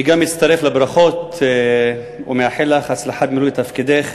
אני גם מצטרף לברכות ומאחל לך הצלחה במילוי תפקידך,